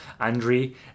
andri